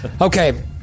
Okay